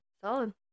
Solid